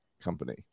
company